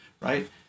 right